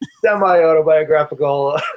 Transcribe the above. semi-autobiographical